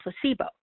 placebo